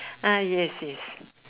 ah yes yes